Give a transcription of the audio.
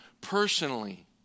personally